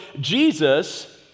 Jesus